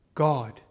God